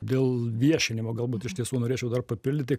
dėl viešinimo galbūt iš tiesų norėčiau dar papildyti